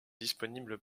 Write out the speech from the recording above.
disponibles